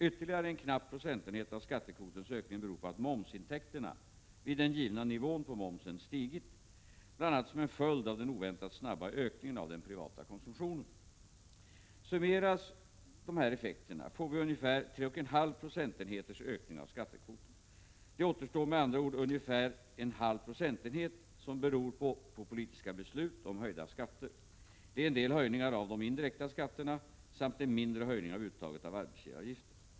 Ytterligare en knapp procentenhet av skattekvotens ökning beror på att momsintäkterna — vid den givna nivån på momsen -— stigit, bl.a. som en följd av den oväntat snabba ökningen av den privata konsumtionen. Summeras dessa effekter får vi ungefär 3,5 procentenheters ökning av skattekvoten. Det återstår med andra ord ungefär 0,5 procentenhet som beror på politiska beslut om höjda skatter; det är en del höjningar av de indirekta skatterna, samt en mindre höjning av uttaget av arbetsgivaravgifter.